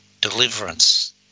deliverance